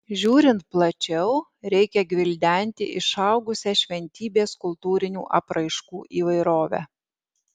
žiūrint plačiau reikia gvildenti išaugusią šventybės kultūrinių apraiškų įvairovę